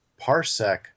parsec